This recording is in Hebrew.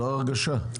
זו ההרגשה.